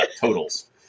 totals